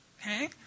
Okay